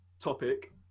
topic